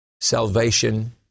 salvation